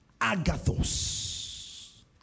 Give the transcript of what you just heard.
Agathos